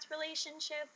relationship